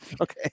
Okay